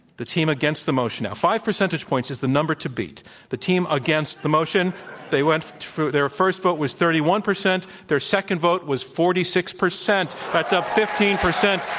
the team against the motion, now five percentage points is the number to beat the team against the motion they went their first vote was thirty one percent, their second vote was forty six percent. that's up fifteen percent.